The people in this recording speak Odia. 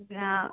ହଁ